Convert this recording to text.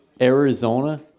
Arizona